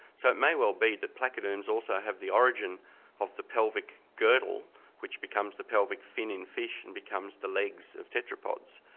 so it may well be that placoderms also have the origin of the pelvic girdle which becomes the pelvic fin in fish and becomes the legs of tetrapods,